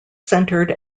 centered